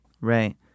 Right